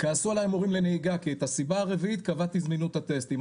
כעסו עלי המורים לנהיגה כי את הסיבה הרביעית קבעתי זמינות הטסטים,